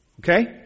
Okay